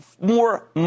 more